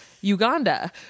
uganda